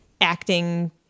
acting